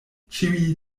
ĉiuj